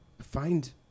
find